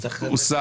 הצבעה לא אושרה.